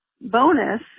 Bonus